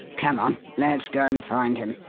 come on! let's go and find him.